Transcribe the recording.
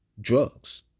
drugs